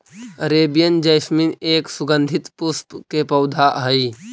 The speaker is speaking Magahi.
अरेबियन जैस्मीन एक सुगंधित पुष्प के पौधा हई